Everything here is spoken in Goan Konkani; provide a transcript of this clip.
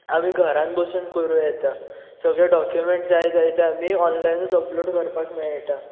आमी घरांत बसून करुं येत सगळे डोक्युमेंट्स जाय जाय ते आमी ऑनलायनूच अपलोड करपाक मेळटा